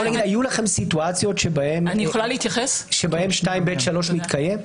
היו לכם סיטואציות שבהן 2ב(3) התקיים?